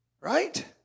Right